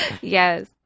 Yes